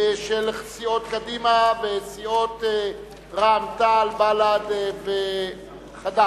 של סיעות קדימה וסיעות רע"ם-תע"ל, בל"ד וחד"ש.